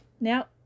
Now